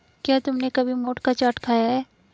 क्या तुमने कभी मोठ का चाट खाया है?